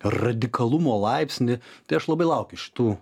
radikalumo laipsnį tai aš labai laukiu šitų